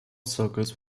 circles